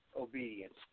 obedience